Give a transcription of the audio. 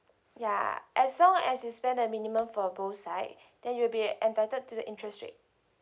ya as long as you spend a minimum for both side then you'll be entitled to the interest rate